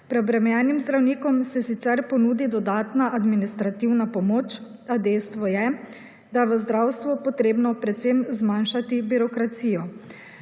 Preobremenjenim zdravnikom se sicer ponudi dodatna administrativna pomoč a dejstvo je, da v zdravstvu je potrebno predvsem zmanjšati birokracijo.